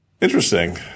Interesting